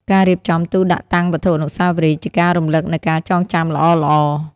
ការរៀបចំទូដាក់តាំងវត្ថុអនុស្សាវរីយ៍ ជាការរំលឹកនូវការចងចាំល្អៗ។